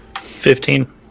fifteen